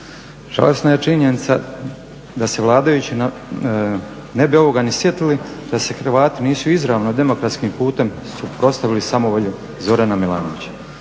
Žalosna je činjenica da se vladajući ne bi ovoga ni sjetili da se Hrvati nisu izravno demokratskim putem suprotstavili samovolji Zorana Milanovića.